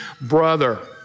brother